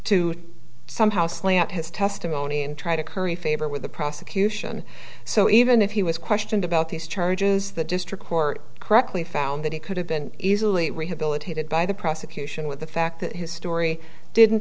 to somehow slant his testimony and try to curry favor with the prosecution so even if he was questioned about these charges the district court correctly found that he could have been easily rehabilitated by the prosecution with the fact that his story didn't